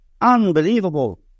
Unbelievable